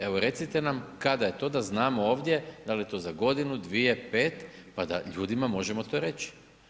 Evo recite nam kada je to da znamo ovdje da li je to za godinu, dvije, pet pa da ljudima možemo to reći.